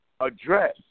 address